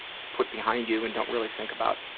put behind you and don't really think about?